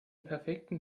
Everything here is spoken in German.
perfekten